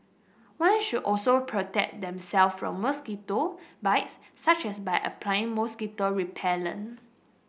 one should also protect themself from mosquito bites such as by applying mosquito repellent